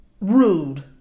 rude